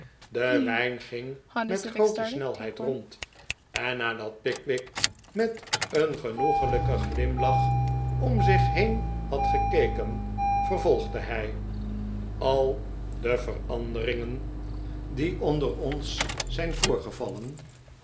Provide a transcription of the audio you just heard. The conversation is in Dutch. de wijn ging met groote snelheid rond en nadat pickwick met een genoeglijken glimlach om zich heen had gekeken vervolgde hij al de veranderingen die onder ons zijn voorgevallen